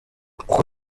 uko